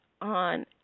on